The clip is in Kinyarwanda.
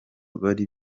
bari